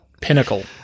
pinnacle